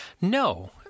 No